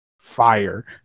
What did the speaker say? fire